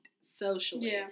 socially